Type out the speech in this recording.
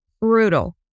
Brutal